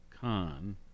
Khan